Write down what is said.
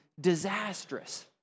disastrous